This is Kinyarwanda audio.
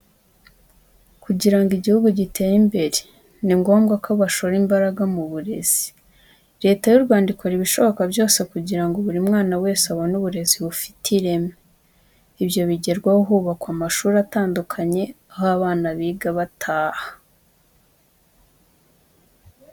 Kugira ngo igihugu gitere imbere, ni ngombwa ko bashora imbaraga mu burezi. Leta y'u Rwanda ikora ibishoboka byose kugira ngo buri mwana wese abone uburezi bufite ireme. Ibyo bigerwaho hubakwa amashuri atandukanye, aho abana biga bataha.